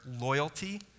loyalty